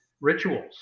rituals